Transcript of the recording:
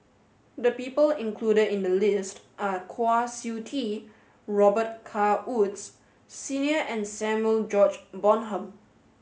the people included in the list are Kwa Siew Tee Robet Carr Woods Senior and Samuel George Bonham